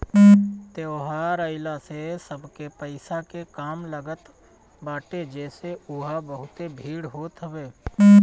त्यौहार आइला से सबके पईसा के काम लागत बाटे जेसे उहा बहुते भीड़ होत हवे